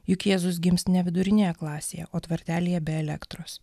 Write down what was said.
juk jėzus gims ne vidurinėje klasėje o tvartelyje be elektros